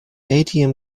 atm